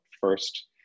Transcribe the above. first